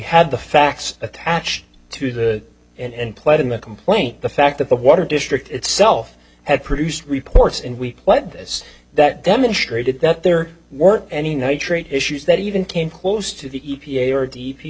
had the facts attached to the and pled in the complaint the fact that the water district itself had produced reports and we let this that demonstrated that there weren't any nitrate issues that even came close to the e p a or d p